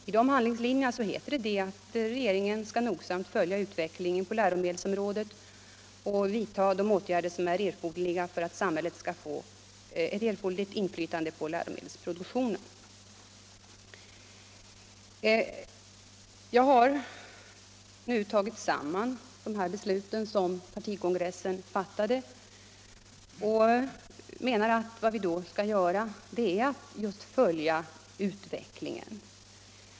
I dessa handlingslinjer heter det att regeringen nogsamt skall följa utvecklingen på läromedelsområdet och vidta de åtgärder som behövs för att samhället skall få erforderligt inflytande över läromedelsproduktionen. Det beslut som partikongressen fattade menar jag innebär att vi just skall följa utvecklingen.